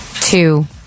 two